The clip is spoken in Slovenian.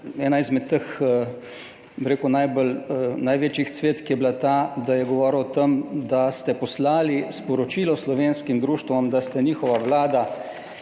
najbolj, največjih cvetk je bila ta, da je govoril o tem, da ste poslali sporočilo slovenskim društvom, da ste njihova Vlada.